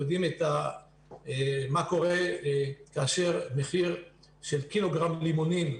אנחנו יודעים מה קורה לגבי מחיר קילוגרם לימונים,